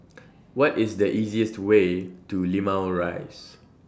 What IS The easiest Way to Limau Rise